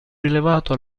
rilevato